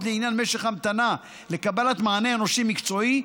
לעניין משך המתנה לקבלת מענה אנושי מקצועי,